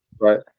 Right